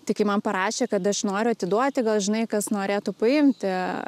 tai kai man parašė kad aš noriu atiduoti gal žinai kas norėtų paimti